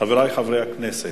חברי חברי הכנסת,